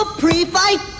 pre-fight